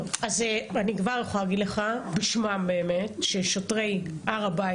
אני כבר יכולה להגיד לך ששוטרי הר הבית